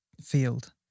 field